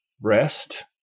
rest